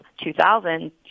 2000